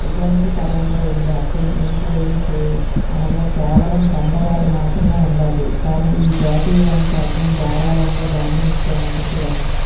విఘంటుపరంగా ఉండే అద్దం ఎముకలేని చేయి అనగా కేవలం కండరాలు మాత్రమే ఉండాలి కానీ ఈ జాతీయానికి అర్థం ధారాళంగా దానం ఇచ్చే మనిషి అని